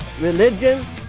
religion